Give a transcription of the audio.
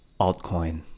Altcoin